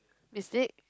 is it